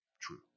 true